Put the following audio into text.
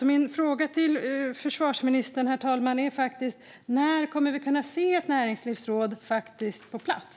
Min fråga till försvarsministern, herr talman, är därför: När kommer vi att kunna se ett näringslivsråd på plats?